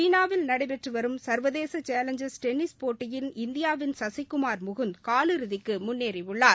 சீனாவில் நடைபெற்றும் சர்வேதச சேலஞ்சர் டென்னிஸ் போட்டியில் இந்தியாவின் சசிகுமார் முகுந்த் காலிறுதிக்கு முன்னேறியுள்ளார்